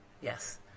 Yes